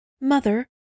Mother